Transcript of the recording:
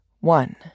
one